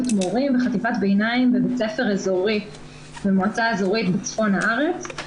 מורים בחטיבת ביניים בבית ספר אזורי במועצה אזורית בצפון הארץ.